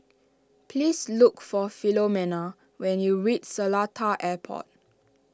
please look for Filomena when you reach Seletar Airport